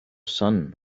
son